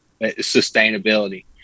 sustainability